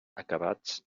acabats